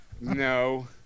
No